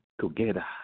together